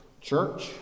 church